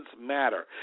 matter